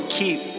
keep